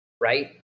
right